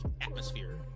atmosphere